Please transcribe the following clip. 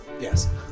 Yes